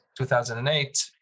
2008